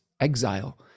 exile